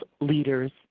leaders